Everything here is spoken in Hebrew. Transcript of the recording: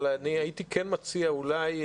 אבל אני הייתי כן מציע אולי,